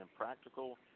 impractical